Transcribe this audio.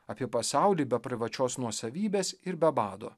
apie pasaulį be privačios nuosavybės ir be bado